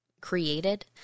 created